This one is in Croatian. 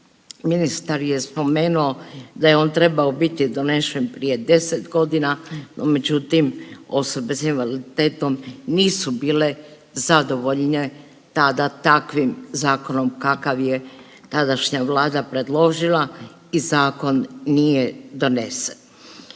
ministar je spomenuo da je on trebao biti donesen prije 10 godina, no međutim osobe s invaliditetom nisu bile zadovoljne tada takvim zakonom kakav je tadašnja vlada predložila i zakon nije donesen.